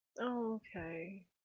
okay